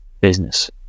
business